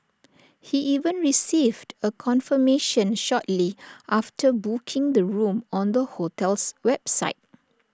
he even received A confirmation shortly after booking the room on the hotel's website